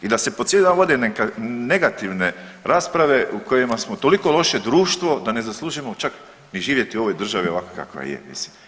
I da se po cijeli dan vode negativne rasprave u kojima smo toliko loše društvo da ne zaslužujemo čak ni živjeti u ovoj državi ovakva kakva je, mislim.